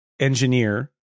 engineer